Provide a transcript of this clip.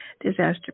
disaster